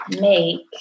Make